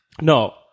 No